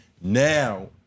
Now